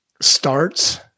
starts